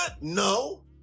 No